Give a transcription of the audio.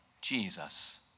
Jesus